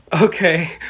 Okay